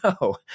no